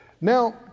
Now